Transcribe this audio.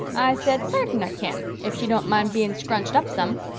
said, sartin i kin, if she don't mind being scrunched up some.